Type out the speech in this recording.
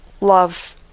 love